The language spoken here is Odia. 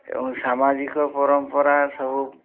ଏବଂ ସାମାଜିକ ପରମ୍ପରା ସବୁ